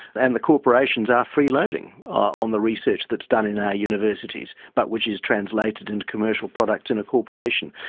and the corporations are free-loading on the research that's done in our universities, but which is translated into commercial products in a corporation,